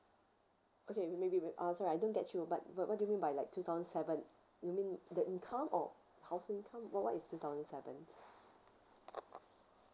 okay may maybe wait uh sorry I don't get you but what what do you mean by like two thousand seven you mean the income or household income or what is two thousand seven